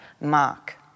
mark